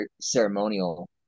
ceremonial